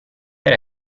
per